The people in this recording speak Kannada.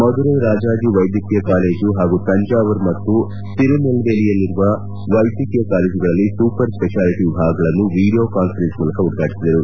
ಮಧುರೈ ರಾಜಾಜಿ ವೈದ್ಯಕೀಯ ಕಾಲೇಜು ಹಾಗೂ ತಂಜಾವೂರ್ ಮತ್ತು ತಿರುನೆಲ್ವೇಲಿಯಲ್ಲಿರುವ ವೈದ್ಯಕೀಯ ಕಾಲೇಜುಗಳಲ್ಲಿ ಸೂಪರ್ ಸ್ವೆಷಾಲಿಟಿ ವಿಭಾಗಗಳನ್ನು ವಿಡಿಯೋ ಕಾಸ್ವೆರೆನ್ಸ್ ಮೂಲಕ ಉದ್ಘಾಟಿಸಿದರು